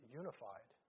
unified